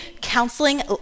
counseling